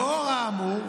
לאור האמור,